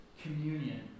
communion